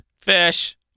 Fish